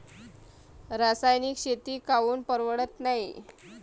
रासायनिक शेती काऊन परवडत नाई?